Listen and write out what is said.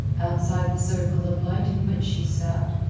outside the circle of light in which she sat,